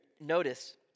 Notice